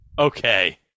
Okay